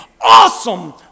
awesome